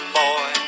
boy